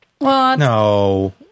No